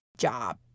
job